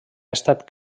estat